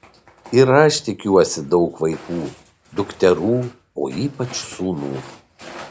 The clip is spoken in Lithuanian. ir aš tikiuosi daug vaikų dukterų o ypač sūnų